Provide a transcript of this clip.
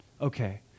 Okay